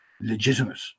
legitimate